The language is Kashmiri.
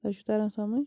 تۄہہِ چھُو تَران سمٕجھ